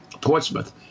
Portsmouth